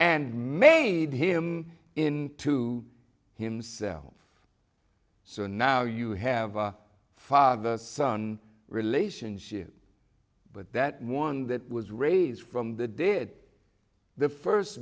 and made him in to himself so now you have a father son relationship but that one that was raised from the did the first